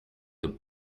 the